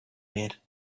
made